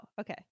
Okay